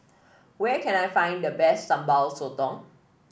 where can I find the best Sambal Sotong